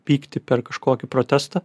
pyktį per kažkokį protestą